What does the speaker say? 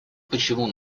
почему